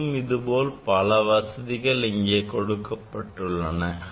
இன்னும் இதுபோல் பல வசதிகள் இங்கே கொடுக்கப்பட்டுள்ளன